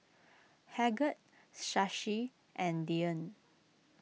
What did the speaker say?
Bhagat Shashi and Dhyan